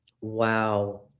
Wow